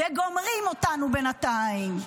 וגומרים אותנו בינתיים.